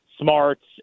smarts